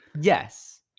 yes